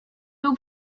był